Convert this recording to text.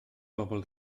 bobol